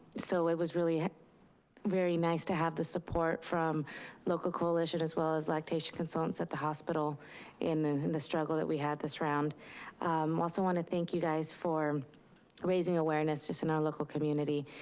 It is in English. so it was really very nice to have the support from local coalition as well as lactation consultants at the hospital in in the struggle that we had this round. i um also wanna thank you guys for raising awareness just in our local community.